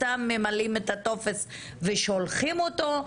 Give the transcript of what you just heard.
סתם ממלאים את הטופס ושולחים אותו.